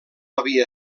havia